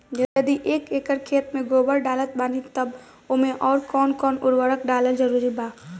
यदि एक एकर खेत मे गोबर डालत बानी तब ओमे आउर् कौन कौन उर्वरक डालल जरूरी बा?